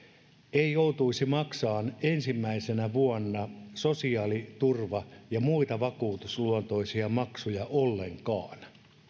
ei joutuisi maksamaan ensimmäisenä vuonna sosiaaliturva ja muita vakuutusluontoisia maksuja ollenkaan